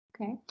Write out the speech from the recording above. Okay